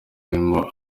arimo